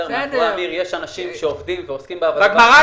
מאחורי אמיר יש אנשים שעובדים ועוסקים וגם במשרד האוצר.